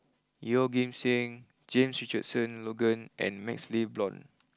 Yeoh Ghim Seng James Richardson Logan and MaxLe Blond